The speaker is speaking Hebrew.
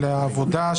של העבודה,